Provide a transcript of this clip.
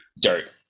Dirt